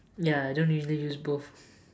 ya I don't usually use both